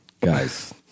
guys